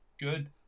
good